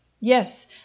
Yes